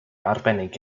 arbennig